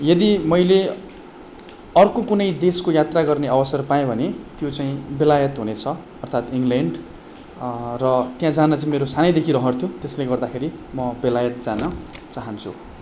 यदि मैले अर्को कुनै देशको यात्रा गर्ने अवसर पाएँ भने त्यो चाहिँ बेलायत हुनेछ अर्थात् इङ्ग्ल्यान्ड र त्या जान चाहिँ मेरो सानैदेखि रहर थियो त्यसले गर्दाखेरि म बेलायत जान चाहन्छु